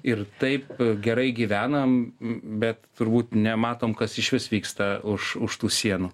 ir taip gerai gyvenam bet turbūt nematom kas išvis vyksta už už tų sienų